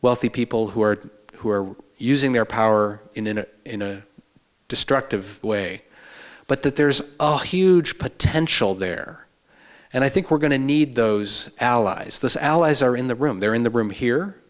wealthy people who are who are using their power in a destructive way but that there's a huge potential there and i think we're going to need those allies this allies are in the room they're in the room here